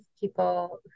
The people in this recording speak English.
people